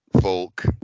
folk